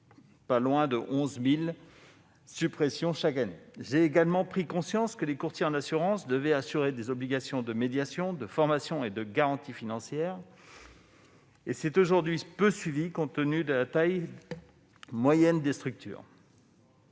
pas loin de 11 000 chaque année. J'ai également pris conscience que les courtiers en assurances devaient remplir des obligations de médiation, de formation et de garanties financières. Cet aspect est aujourd'hui peu suivi compte tenu de la taille moyenne des structures.